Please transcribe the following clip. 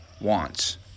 wants